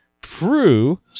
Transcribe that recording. Prue